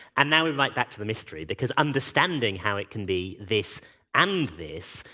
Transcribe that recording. and now we're right back to the mystery, because understanding how it can be this and this,